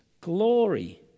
glory